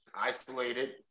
isolated